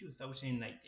2019